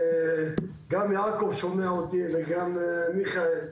גם יעקב שומע אתי וגם מיכאל.